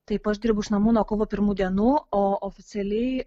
taip aš dirbu iš namų nuo kovo pirmų dienų o oficialiai